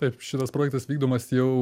taip šitas projektas vykdomas jau